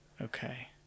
Okay